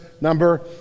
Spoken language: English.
number